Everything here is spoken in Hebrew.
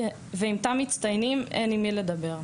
ועם --- מצטיינים אין עם מי לדבר.